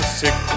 sick